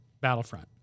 Battlefront